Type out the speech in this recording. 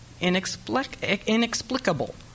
inexplicable